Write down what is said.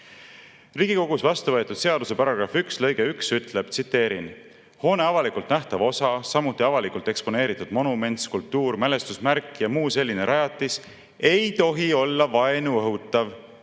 "Riigikogus vastuvõetud seaduse paragrahv 1 lõige 1 ütleb: "Hoone avalikult nähtav osa, samuti avalikult eksponeeritud monument, skulptuur, mälestusmärk ja muu selline rajatis ei tohi olla vaenu õhutav